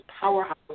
powerhouse